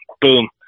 boom